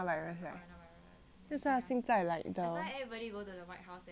that's why 现在 like the